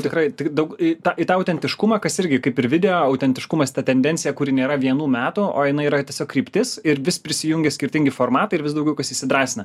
tikrai tik daug į tą į tą autentiškumą kas irgi kaip ir video autentiškumas ta tendencija kuri nėra vienų metų o jinai yra tiesiog kryptis ir vis prisijungia skirtingi formatai ir vis daugiau kas įsidrąsina